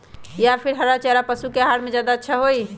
या फिर हरा चारा पशु के आहार में ज्यादा अच्छा होई?